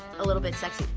a little bit sexy.